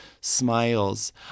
smiles